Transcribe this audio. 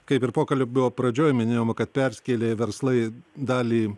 kaip ir pokalbio pradžioj minėjome kad persikėlė verslai dalį